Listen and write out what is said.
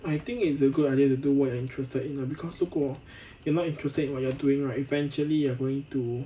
I think it's a good idea to do what you're interested in uh because 如果 you're not interested in what you are doing right eventually you're going to